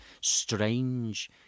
strange